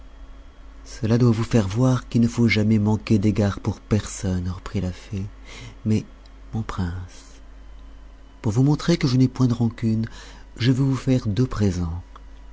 cela doit vous faire voir qu'il ne faut jamais manquer d'égard pour personne reprit la fée mais mon prince pour vous montrer que je n'ai point de rancune je veux vous faire deux présents